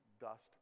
dust